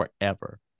forever